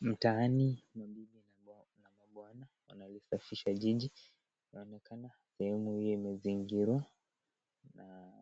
Mtaani mabibi na mabwana, wanalisafisha jiji. Inaonekana sehemu hiyo imezingirwa na